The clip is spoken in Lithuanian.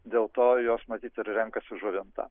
dėl to jos matyt ir renkasi žuvintą